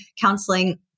counseling